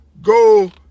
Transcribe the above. Go